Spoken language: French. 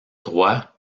droit